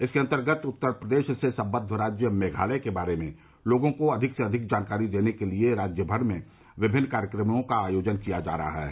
इसके अंतर्गत उत्तर प्रदेश से संबद्द राज्य मेघालय के बारे में लोगों को अधिक से अधिक जानकारी देने के लिए राज्य भर में विभिन्न कार्यक्रमों का आयोजन किया जा रहा है